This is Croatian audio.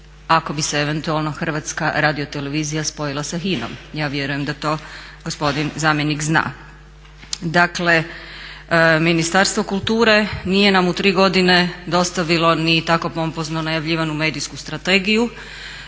ako bi se eventualno Hrvatska radiotelevizija spojila sa HINA-om. Ja vjerujem da to gospodin zamjenik zna. Dakle, Ministarstvo kulture nije nam u tri godine dostavilo ni tako pompozno najavljivanu medijsku strategiju.